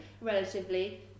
relatively